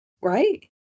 right